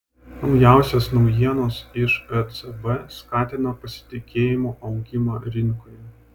naujausios naujienos iš ecb skatina pasitikėjimo augimą rinkoje